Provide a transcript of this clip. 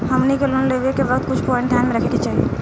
हमनी के लोन लेवे के वक्त कुछ प्वाइंट ध्यान में रखे के चाही